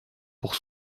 pour